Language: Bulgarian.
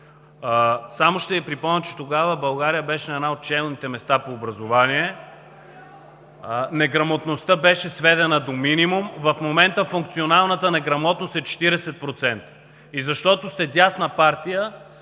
Само ще Ви припомня, че тогава България беше на едно от челните места по образование. (Шум и реплики от ГЕРБ.) Неграмотността беше сведена до минимум. В момента функционалната неграмотност е 40%. И защото сте дясна партия